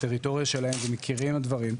בטריטוריה שלהם ומכירים את הדברים.